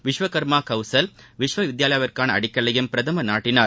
விஷ்வகர்மா கவுசல் விஷ்வ வித்யாலயாவிற்கான அடிக்கல்லையும் பிரதமர் நாட்டினார்